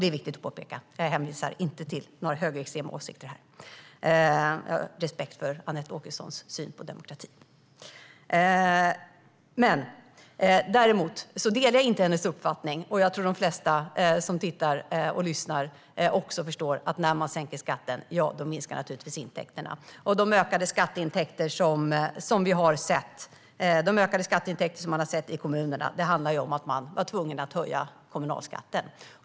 Det är viktigt att påpeka: Jag hänvisar inte till några högerextrema åsikter utan har respekt för Anette Åkessons syn på demokrati. Däremot delar jag inte hennes uppfattning, och jag tror att de flesta som tittar och lyssnar också förstår att när man sänker skatten minskar naturligtvis intäkterna. De ökade skatteintäkterna i kommunerna har sin grund i att man tvingades höja kommunalskatten.